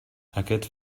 aquests